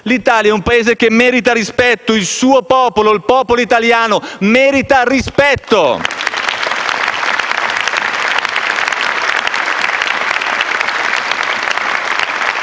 L'Italia è un Paese che merita rispetto: il suo popolo, il popolo italiano, merita rispetto.